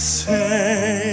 say